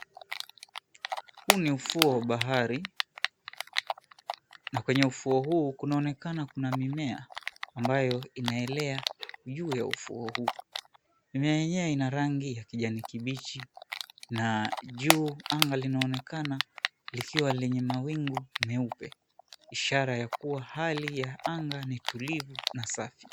Huu ni ufuo wa bahari na kwenye ufuo huu kunaonekana kuna mimea ambayo inaelea juu ya ufuo huu. Mimea yenyewe ina rangi ya kijani kibichi na juu anga linaonekana likiwa lenye mawingu meupe ishara ya kuwa hali ya anga ni tulivu na safi.